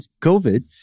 COVID